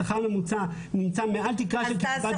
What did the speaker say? שכר ממוצע נמצא מעל התקרה של קצבת זקנה.